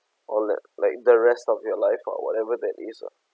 or like like the rest of your life or whatever that is ah